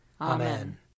Amen